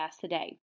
today